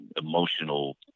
emotional